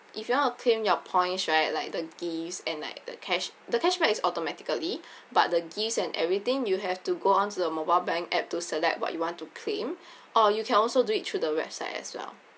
if you want to claim your points right like the gifts and like the cash the cashback is automatically but the gifts and everything you have to go on to the mobile bank app and select what you want to claim or you can also do it through the website as well